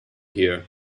here